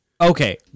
okay